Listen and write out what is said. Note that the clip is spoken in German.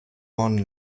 one